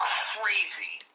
crazy